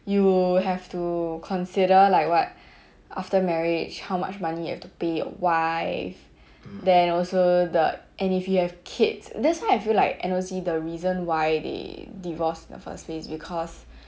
you have to consider like what after marriage how much money you have to pay your wife then also the and if you have kids that's why I feel like N_O_C the reason why they divorced in the first place because